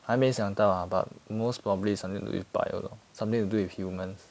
还没想到 ah but most probably something to do with bio lor something to do with human